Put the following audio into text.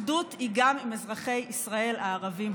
אחדות היא גם עם אזרחי ישראל הערבים,